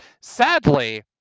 sadly